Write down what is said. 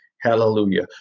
Hallelujah